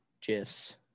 gifs